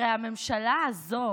הרי הממשלה הזו